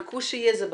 ביקוש יהיה, זה בטוח.